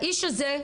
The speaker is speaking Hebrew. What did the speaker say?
האיש הזה,